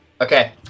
Okay